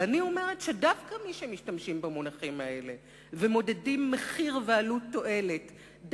ואני אומרת שדווקא מי שמשתמשים במונחים האלה ומודדים מחיר ועלות תועלת,